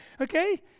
okay